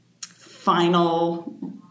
final